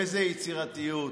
איזו יצירתיות,